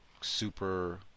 super